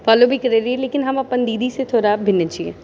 लेकिन हम अपन दीदी से थोड़ा भिन्न छियै